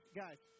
guys